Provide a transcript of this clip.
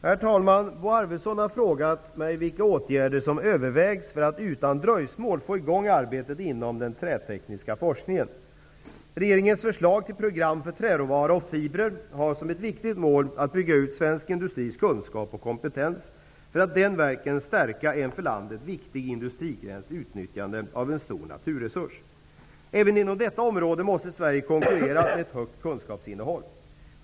Herr talman! Bo Arvidson har frågat vilka åtgärder som övervägs för att utan dröjsmål få i gång arbetet inom den trätekniska forskningen. Regeringens förslag till program för träråvara och fibrer har som ett viktigt mål att bygga ut svensk industris kunskap och kompetens, för att den vägen stärka en för landet viktig industrigrens utnyttjande av en stor naturresurs. Även inom detta område måste Sverige konkurrera med ett högt kunskapsinnehåll.